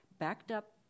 backed-up